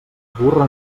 burra